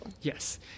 yes